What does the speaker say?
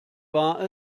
war